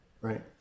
right